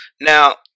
Now